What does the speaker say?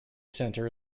center